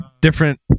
Different